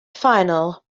final